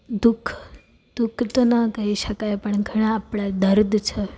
દુઃખ દુઃખ તો ના કહી શકાય પણ ઘણાં આપણાં દર્દ છે